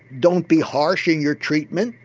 don't be harsh in your treatment,